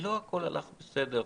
ולא הכול הלך בסדר.